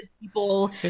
people